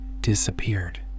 disappeared